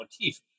motif